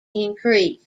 increased